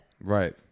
Right